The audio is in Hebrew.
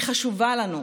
היא חשובה לנו.